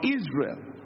Israel